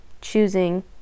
choosing